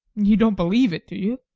you don't believe it, do you?